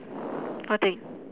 what thing